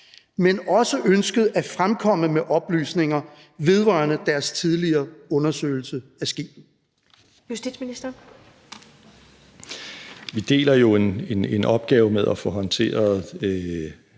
men også ønskede at fremkomme med oplysninger vedrørende deres tidligere undersøgelser af skibet? Første næstformand (Karen